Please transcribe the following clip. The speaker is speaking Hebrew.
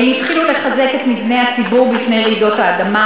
האם התחילו לחזק את מבני הציבור בפני רעידות האדמה?